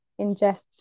ingests